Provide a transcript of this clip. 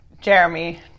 jeremy